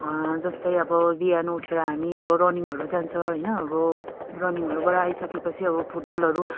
जस्तै अब बिहान उठेर हामी अब रनिङहरू जान्छौँ होइन अब रनिङहरूबाट आइसके पछि अब फुटबलहरू